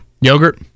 yogurt